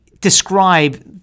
describe